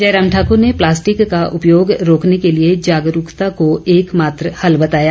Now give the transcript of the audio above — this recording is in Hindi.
जयराम ठाकर ने प्लास्टिक का उपयोग रोकने के लिए जागरूकता को एकमात्र हल बताया